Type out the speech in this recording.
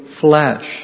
flesh